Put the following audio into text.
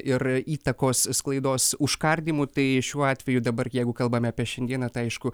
ir įtakos sklaidos užkardymu tai šiuo atveju dabar jeigu kalbame apie šiandieną tai aišku